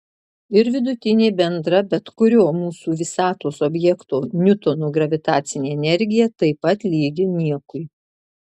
ir vidutinė bendra bet kurio mūsų visatos objekto niutono gravitacinė energija taip pat lygi niekui